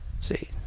See